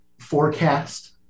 forecast